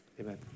amen